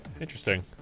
Interesting